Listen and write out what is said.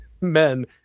men